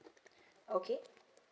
okay